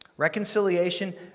Reconciliation